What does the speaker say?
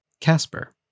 Casper